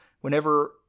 Whenever